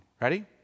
Ready